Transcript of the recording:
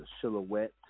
silhouette